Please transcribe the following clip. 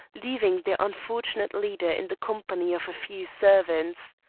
leaving their unfortunate leader in the company of a few servants.